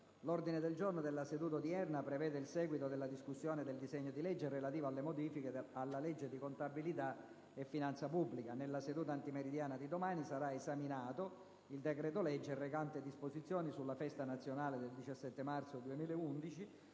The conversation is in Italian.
L'ordine del giorno della seduta odierna prevede il seguito della discussione del disegno di legge relativo alle modifiche alla legge di contabilità e finanza pubblica. Nella seduta antimeridiana di domani sarà esaminato il decreto-legge recante disposizioni sulla festa nazionale del 17 marzo 2011,